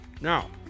Now